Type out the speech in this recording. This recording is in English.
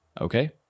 Okay